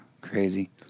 Crazy